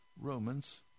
Romans